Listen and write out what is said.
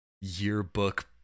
yearbook